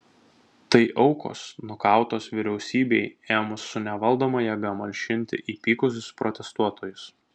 tai aukos nukautos vyriausybei ėmus su nevaldoma jėga malšinti įpykusius protestuotojus